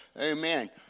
Amen